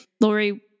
Lori